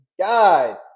God